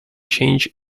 change